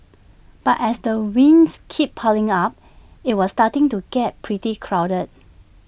but as the wins keep piling up IT was starting to get pretty crowded